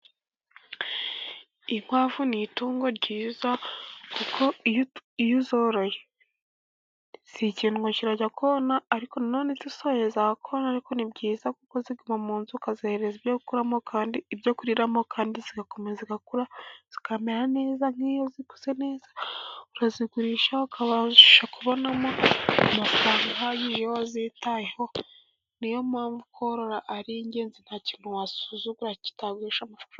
Inkwavu ni itungo ryiza kuko iyo uzoroye si ikintu kirajya Kona, ariko nanone uzisohoye zakona. Ariko ni byiza kuko ziguma mu nzu ukazihereza ibyo kuriramo kandi zigakomeza zigakura zikamera neza. Nk'iyo zikuze neza urazigurisha ukabasha kubonamo amafaranga ahagije iyo wazitayeho. Ni yo mpamvu korora ari ingenzi nta kintu wasuzugura kitagurisha amafaranga.